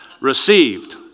received